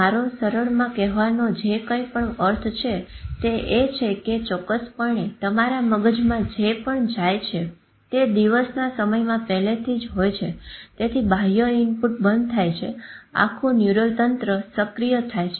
મારો સરળમાં કહેવાનો જે કંઈપણ અર્થ છે તે એ છે કે ચોક્કસપણે તમારા મગજમાં જે પણ જાય છે તે દિવસના સમયમાં પહેલેથી જ છે તેથી બાહ્ય ઈનપુટ બંધ થાય છે આખુ ન્યુરલ તંત્ર સક્રિય થાય છે